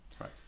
right